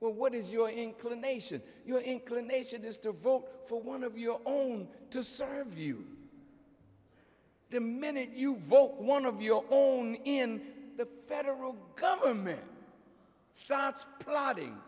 well what is your inclination your inclination is to vote for one of your own to serve you the minute you vote one of your own in the federal government starts plotting